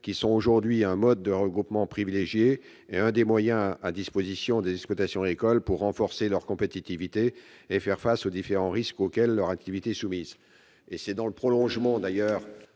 qui sont aujourd'hui un mode de regroupement privilégié, et l'un des moyens à disposition des exploitants agricoles pour renforcer leur compétitivité et faire face aux différents risques auxquels leur activité est soumise. Cet amendement tend